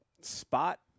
spot